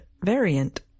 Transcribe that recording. variant